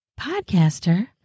podcaster